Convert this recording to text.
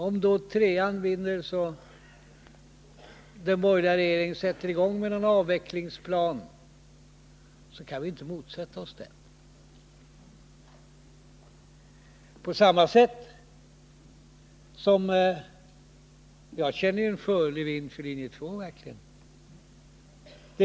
Om då 3:an vinner och den borgerliga regeringen sätter i gång med en avvecklingsplan, kan vi inte motsätta oss det. Jag känner en förlig vind för linje 2.